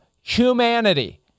humanity